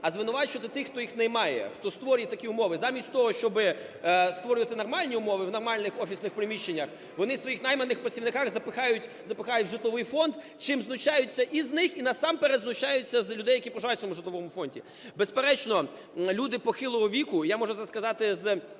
а звинувачувати тих, хто їх наймає, хто створює такі умови. Замість того, щоби створити нормальні умови в нормальних офісних приміщеннях, вони своїх найманих працівників запихають в житлових фонд, чим знущаються і з них, і насамперед знущаються з людей, які проживають в цьому житловому фонді. Безперечно люди похилого віку, я можу зараз